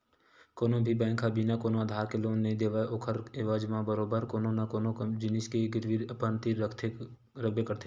कोनो भी बेंक ह बिना कोनो आधार के लोन नइ देवय ओखर एवज म बरोबर कोनो न कोनो जिनिस के गिरवी अपन तीर रखबे करथे